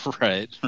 Right